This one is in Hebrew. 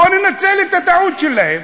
בוא ננצל את הטעות שלהם.